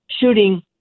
shooting